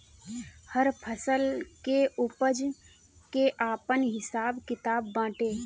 हर फसल के उपज के आपन हिसाब किताब बाटे